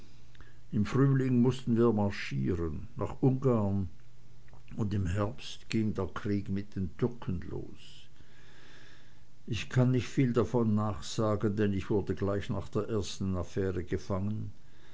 im frühling mußten wir marschieren nach ungarn und im herbst ging der krieg mit den türken los ich kann nicht viel davon nachsagen denn ich wurde gleich in der ersten affaire gefangen